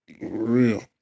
Real